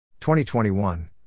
2021